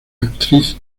actriz